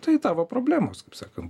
tai tavo problemos kaip sakan